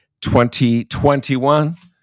2021